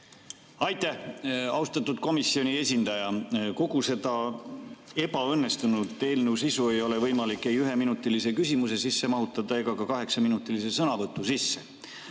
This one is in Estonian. Aitäh! Austatud komisjoni esindaja! Kogu seda ebaõnnestunud eelnõu sisu ei ole võimalik mahutada ei üheminutilise küsimuse sisse ega ka kaheksaminutilise sõnavõtu sisse.